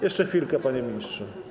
Jeszcze chwilkę, panie ministrze.